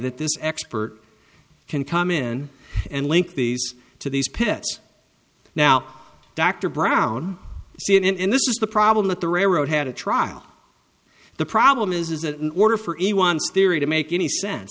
that this expert can come in and link these to these pits now dr brown sin and this is the problem that the railroad had a trial the problem is is that in order for anyone's theory to make any sense